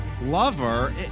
Lover